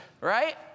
right